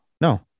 No